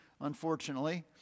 unfortunately